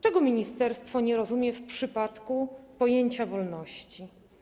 Czego ministerstwo nie rozumie w przypadku pojęcia wolności?